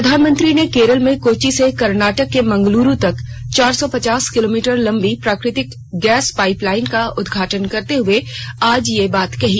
प्रधानमंत्री ने केरल में कोच्चि से कर्नाटक के मंगलूरु तक चार सौ पचास किलोमीटर लंबी प्राकृतिक गैस पाइपलाइन का उद्घाटन करते हुए आज यह बात कही